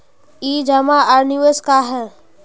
ई जमा आर निवेश का है?